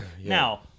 Now